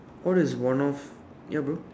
what is one of ya bro